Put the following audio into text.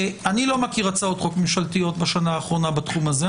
אני לא מכיר הצעות חוק ממשלתיות בשנה האחרונה בתחום הזה.